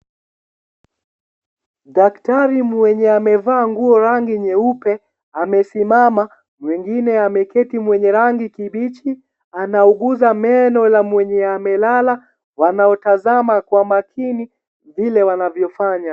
Daktari mwenye amevaa nguo rangi nyeupe, amesimama. Mwigine ameketi mwenye rangi kibichi. Anauguza meno ya mwenye amelala, wanaotazama kwa makini vile wanavyofanya.